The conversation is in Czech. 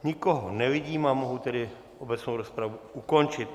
Nikoho nevidím, a mohu tedy obecnou rozpravu ukončit.